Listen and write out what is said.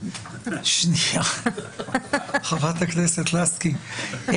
חברת הכנסת לסקי,